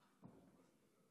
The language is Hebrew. שהוא שכיר שלו.